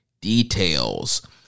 details